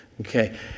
okay